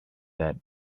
that